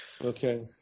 Okay